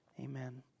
amen